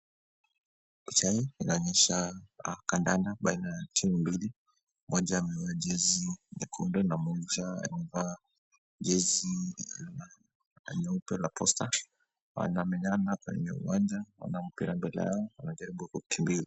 Picha hii inaonyesha kandanda baina ya timu mbili. Mmoja amevaa jezi nyekundu na mwenzake amevaa jezi nyeupe la posta. Wanamenyana kwenye uwanja, wana mpira mbele yao wanajaribu kukimbiza.